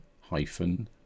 hyphen